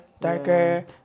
Darker